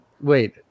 wait